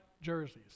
jerseys